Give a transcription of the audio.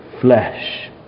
flesh